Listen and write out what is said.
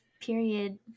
period